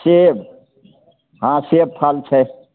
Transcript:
सेब हाँ सेब फल छै